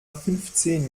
fünfzehn